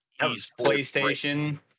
PlayStation